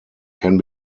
can